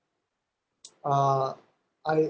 uh I